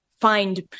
find